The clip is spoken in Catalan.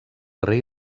rei